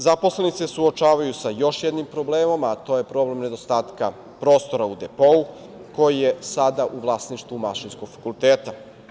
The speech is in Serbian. Zaposleni se suočavaju sa još jednom problemom, a to je problem nedostatka prostora u depou, koji je sada u vlasništvu Mašinskog fakulteta.